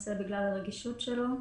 בנושא בגלל הרגישות שלו,